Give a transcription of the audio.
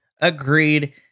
Agreed